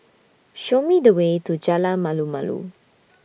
Show Me The Way to Jalan Malu Malu